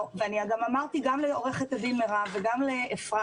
ואמרתי גם לעו"ד מירב ישראלי וגם לאפרת